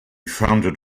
founded